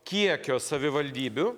kiekio savivaldybių